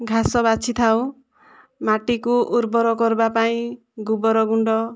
ଘାସ ବାଛିଥାଉ ମାଟିକୁ ଉର୍ବର କରିବାପାଇଁ ଗୋବର ଗୁଣ୍ଡ